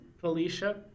Felicia